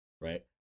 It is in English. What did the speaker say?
right